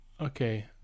Okay